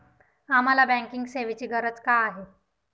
आम्हाला बँकिंग सेवेची गरज का आहे?